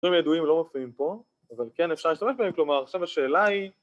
‫הדברים הידועים לא מופיעים פה, ‫אבל כן אפשר להשתמש בהם. ‫כלומר, עכשיו השאלה היא...